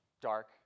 dark